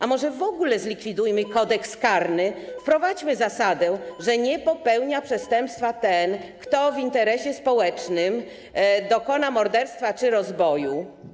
A może w ogóle zlikwidujmy Kodeks karny, wprowadźmy zasadę, że nie popełnia przestępstwa ten, kto w interesie społecznym dokona morderstwa czy rozboju?